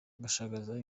gashagaza